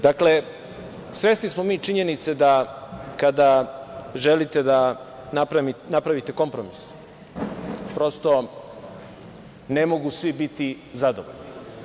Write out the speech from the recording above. Dakle, svesni smo mi činjenice da kada želite da napravite kompromis, prosto ne mogu svi biti zadovoljni.